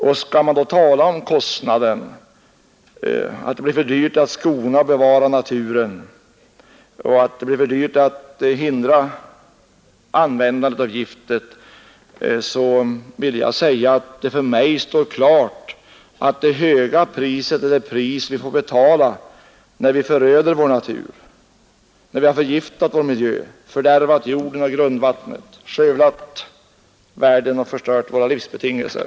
Om man säger att det blir för dyrt att skona och bevara naturen, för dyrt att förhindra användandet av gifter, vill jag säga att det för mig står klart att det verkligt höga priset är det pris vi får betala när vi föröder vår natur, när vi har förgiftat vår miljö, fördärvat jorden och grundvattnet, skövlat världen och förstört våra livsbetingelser.